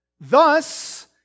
Thus